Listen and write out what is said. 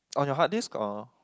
on your hard disc or